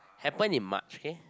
happen in march okay